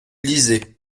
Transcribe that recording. lisaient